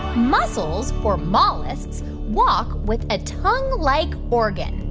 mussels or mollusks walk with a tongue-like organ?